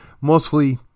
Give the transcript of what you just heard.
mostly